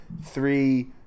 Three